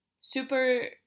super